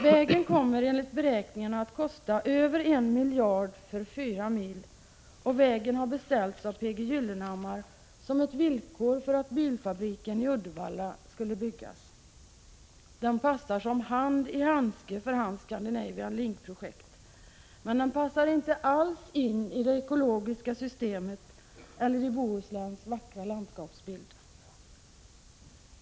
Vägen kommer enligt beräkningarna att kosta över en miljard för fyra mil, och vägen har beställts av P. G. Gyllenhammar som ett villkor för att bilfabriken i Uddevalla skall byggas. Den passar som hand i handske för hans Scandinavian Link-projekt, men den passar inte alls in i det ekologiska systemet eller i Bohusläns vackra landskapsbild.